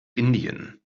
indien